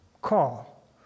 Call